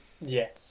Yes